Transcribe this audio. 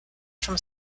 from